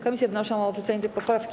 Komisje wnoszą o odrzucenie tej poprawki.